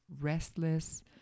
restless